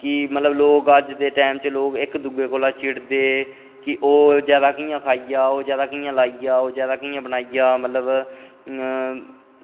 कि मतलब लोग अजकल्ल दे टैम च इक दुए कोला चिड़दे कि ओह् जैदा कि'यां खाइया जैदा कि'यां लाइया ओह् जैदा कि'यां बनाइया मतलब